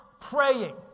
praying